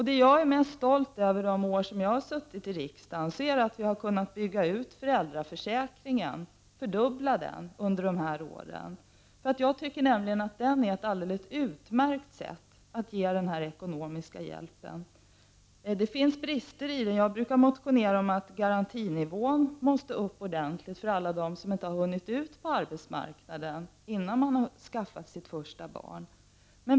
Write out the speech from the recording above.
Det jag är mest stolt över att vi har beslutat under de år som jag har suttit i riksdagen är utbyggnaden av föräldraförsäkringen. Den är nämligen ett alldeles utmärkt sätt att ge denna ekonomiska hjälp. Det finns brister i den, och jag brukar t.ex. motionera om att garantinivån måste höjas ordentligt för alla dem som inte har hunnit ut på arbetsmarknaden innan de har skaffat sitt första barn.